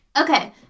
Okay